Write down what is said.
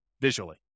visually